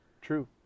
true